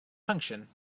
function